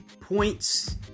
points